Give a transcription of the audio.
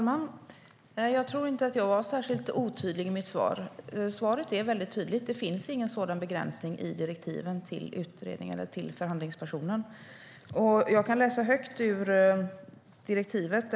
Fru talman! Jag tror inte att jag var särskilt otydlig i mitt svar. Svaret är tydligt: Det finns ingen sådan begränsning i direktivet till förhandlingspersonen. Jag kan läsa högt ur direktivet.